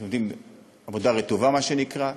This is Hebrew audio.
שעובדים עבודה רטובה, מה שנקרא,